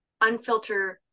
unfilter